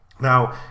Now